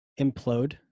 implode